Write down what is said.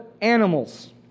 animals